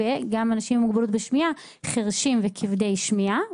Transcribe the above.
גם במקום "מוגבלות בשמיעה" "חירשים וכבדי שמיעה",